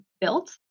built